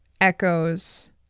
echoes